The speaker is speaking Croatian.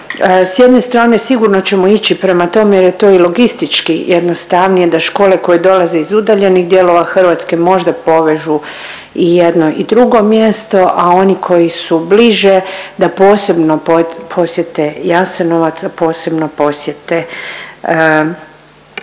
S jedne strane sigurno ćemo ići prema tome jer je to i logistički jednostavnije da škole koje dolaze iz udaljenih dijelova Hrvatske možda povežu i jedno i drugo mjesto, a oni koji su bliže da posebno posjete Jasenovac, a posebno posjete